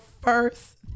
first